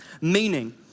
meaning